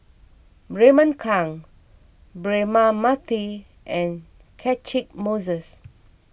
Raymond Kang Braema Mathi and Catchick Moses